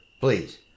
please